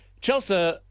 Chelsea